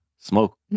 smoke